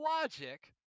logic